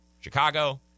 Chicago